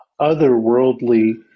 otherworldly